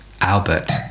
Albert